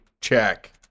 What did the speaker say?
check